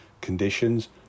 conditions